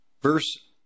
Verse